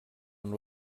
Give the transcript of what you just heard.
amb